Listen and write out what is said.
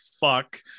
fuck